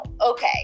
okay